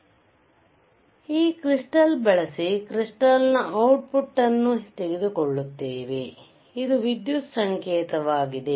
ಆದ್ದರಿಂದ ಈ ಕೃಸ್ಟಾಲ್ ಬಳಸಿ ಕೃಸ್ಟಾಲ್ನ ಔಟ್ ಪುಟ್ ಅನ್ನು ತೆಗೆದುಕೊಳ್ಳುತ್ತೇವೆ ಇದು ವಿದ್ಯುತ್ ಸಂಕೇತವಾಗಿದೆ